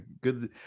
good